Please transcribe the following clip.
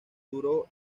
duró